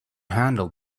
handle